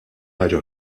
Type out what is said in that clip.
ħaġa